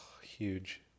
Huge